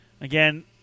Again